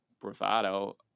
bravado